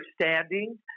understanding